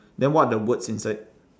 then what are the words inside